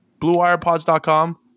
BlueWirePods.com